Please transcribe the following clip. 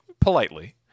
politely